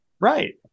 right